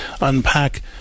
unpack